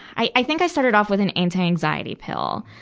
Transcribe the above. i, i think i started off with an anti-anxiety pill.